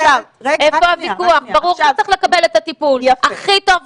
ברור שצריך לקבל את הטיפול הכי טוב שיש,